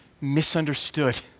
misunderstood